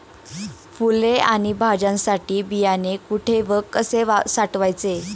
फुले आणि भाज्यांसाठी बियाणे कुठे व कसे साठवायचे?